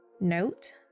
note